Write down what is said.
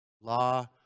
Law